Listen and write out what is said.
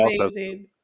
amazing